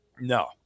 No